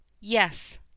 yes